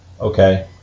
okay